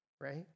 right